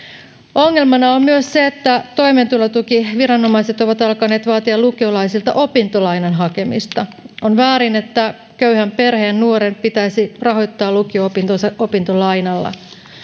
ongelmana on myös se että toimeentulotukiviranomaiset ovat alkaneet vaatia lukiolaisilta opintolainan hakemista on väärin että köyhän perheen nuoren pitäisi rahoittaa lukio opintonsa opintolainalla